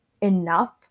enough